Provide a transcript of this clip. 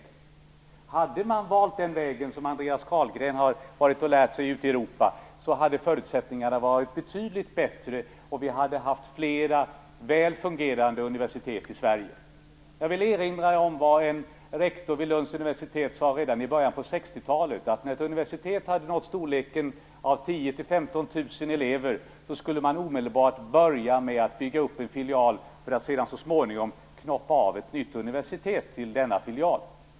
Om man hade valt den väg som Andreas Carlgren har lärt sig ute i Europa hade förutsättningarna varit betydligt bättre, och vi hade haft fler väl fungerande universitet i Sverige. Jag vill erinra om vad en rektor vid Lunds universitet sade redan i början av 60-talet. Han sade att när ett universitet hade nått storleken av 10 000 15 000 elever skulle man omedelbart börja bygga upp en filial för att sedan så småningom knoppa av ett nytt universitet till denna filial.